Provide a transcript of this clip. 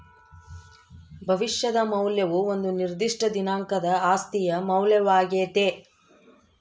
ಭವಿಷ್ಯದ ಮೌಲ್ಯವು ಒಂದು ನಿರ್ದಿಷ್ಟ ದಿನಾಂಕದ ಆಸ್ತಿಯ ಮೌಲ್ಯವಾಗ್ಯತೆ